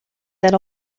zijn